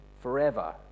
forever